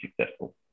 successful